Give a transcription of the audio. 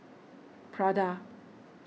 Prada